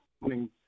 morning